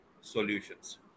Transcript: Solutions